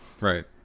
Right